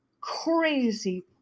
crazy